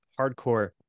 hardcore